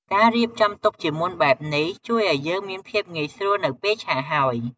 ការរៀបចំទុកជាមុនបែបនេះ ជួយឲ្យយើងមានភាពងាយស្រួលនៅពេលឆាហើយ។